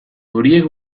horiek